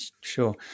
Sure